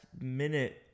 minute